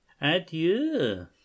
Adieu